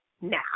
now